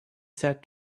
said